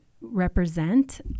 represent